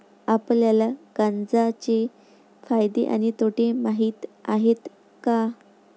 आपल्याला गांजा चे फायदे आणि तोटे माहित आहेत का?